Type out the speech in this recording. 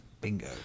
Bingo